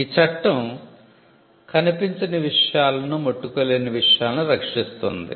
ఈ చట్టం కనిపించని విషయాలనుముట్టుకోలేని విషయాలను రక్షిస్తుంది